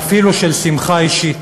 ואפילו של שמחה אישית.